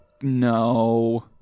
no